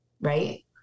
Right